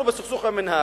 אנחנו בסכסוך עם המינהל.